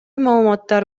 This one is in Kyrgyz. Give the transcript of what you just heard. маалыматтар